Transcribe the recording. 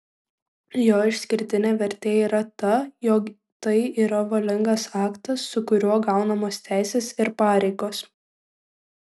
jo išskirtinė vertė yra ta jog tai yra valingas aktas su kuriuo gaunamos teisės ir pareigos